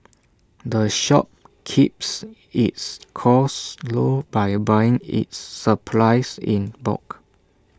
the shop keeps its costs low by buying its supplies in bulk